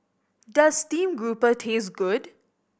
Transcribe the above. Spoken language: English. does stream grouper taste good